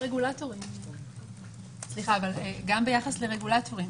גם ביחס לרגולטורים,